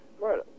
Right